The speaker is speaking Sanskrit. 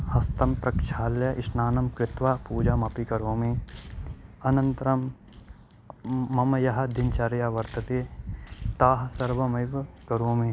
हस्तं प्रक्षाल्य स्नानं कृत्वा पूजामपि करोमि अनन्तरं मम या दिनचर्या वर्तते ताः सर्वमेव करोमि